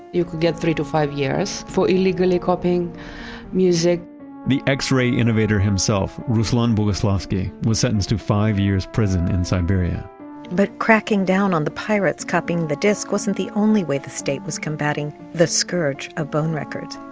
you could get three to five years for illegally copying music the x-ray innovator himself, ruslan bogoslowski, was sentenced to five years' prison in siberia but cracking down on the pirates copying the disc wasn't the only way the state was combating the scourge of bone records.